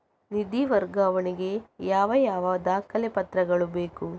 ನಿಧಿ ವರ್ಗಾವಣೆ ಗೆ ಯಾವ ಯಾವ ದಾಖಲೆ ಪತ್ರಗಳು ಬೇಕು?